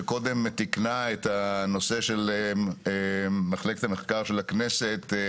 שקודם תיקנה את הנושא של מחלקת המחקר של הכנסת.